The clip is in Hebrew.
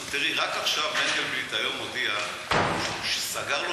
רק עכשיו מנדלבליט הודיע שהוא סגר לו